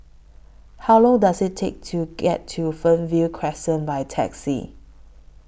How Long Does IT Take to get to Fernvale Crescent By Taxi